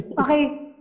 Okay